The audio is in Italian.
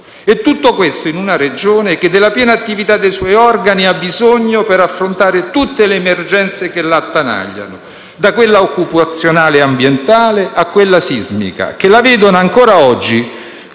E tutto questo in una Regione che della piena attività dei suoi organi ha bisogno per affrontare tutte le emergenze che la attanagliano, da quella occupazionale e ambientale a quella sismica che la vedono, ancora oggi,